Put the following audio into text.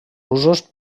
usos